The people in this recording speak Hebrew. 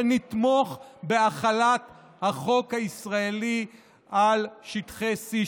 שנתמוך בהחלת החוק הישראלי על שטחי C,